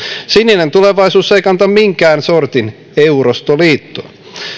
sininen tulevaisuus ei kannata minkään sortin eurostoliittoa